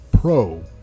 pro